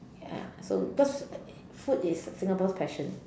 ya so because food is Singapore's passion